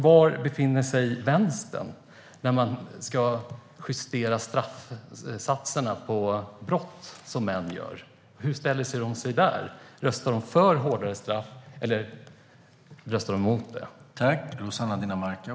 Var befinner sig Vänstern när man ska justera straffsatserna för brott som män begår? Hur ställer de sig där? Röstar de för hårdare straff, eller röstar de emot det?